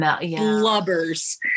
blubbers